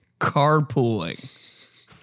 carpooling